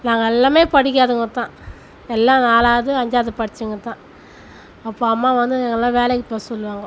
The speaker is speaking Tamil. நாங்கள் எல்லாமே படிக்காதவர்க தான் எல்லாம் நாலாவது அஞ்சாவது படித்தவங்க தான் அப்போது அம்மா வந்து எங்களெல்லாம் வேலைக்கு போக சொல்லுவாங்க